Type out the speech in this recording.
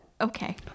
Okay